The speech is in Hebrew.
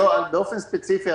באופן ספציפי,